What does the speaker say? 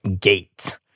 Gate